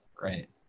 right